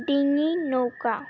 ডিঙি নৌকা